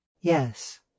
Yes